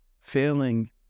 failing